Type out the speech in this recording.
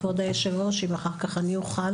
כבוד היושב-ראש אם אחר כך אני אוכל.